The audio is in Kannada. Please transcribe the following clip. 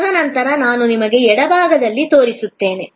ತದನಂತರ ನಾನು ನಿಮಗೆ ಎಡಭಾಗದಲ್ಲಿ ತೋರಿಸಿದ್ದೇನೆ